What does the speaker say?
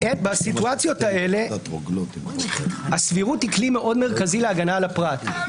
בסיטואציות האלה הסבירות היא כלי מאוד מרכזי להגנה על הפרט.